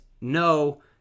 no